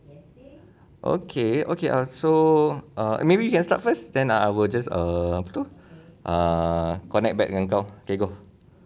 okay okay ah so uh maybe you can start first then I will just err apa tu err connect back dengan kau K go